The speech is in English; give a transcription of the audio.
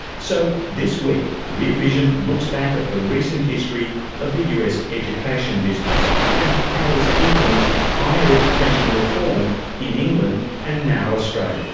so this week rear vision looks back at the recent history of the us education business and how it's influenced higher education reform in england and now australia.